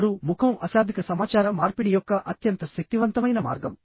ఆరు ముఖం అశాబ్దిక సమాచార మార్పిడి యొక్క అత్యంత శక్తివంతమైన మార్గం